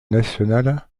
nationale